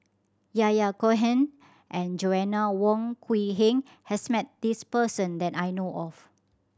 Yahya Cohen and Joanna Wong Quee Heng has met this person that I know of